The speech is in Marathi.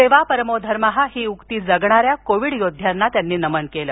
सेवा परमो धर्मः ही उक्ती जगणाऱ्या कोविड योद्ध्यांना त्यांनी नमन केलं